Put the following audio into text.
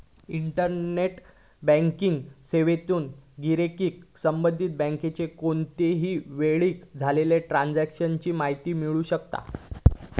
internet banking सेवेतसून गिराईक संबंधित बँकेच्या कोणत्याही वेळेक झालेल्या ट्रांजेक्शन ची माहिती मिळवू शकता